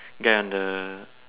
ya the